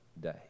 day